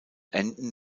enden